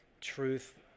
truth